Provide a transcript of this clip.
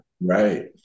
Right